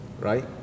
right